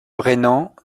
rainans